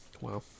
Wow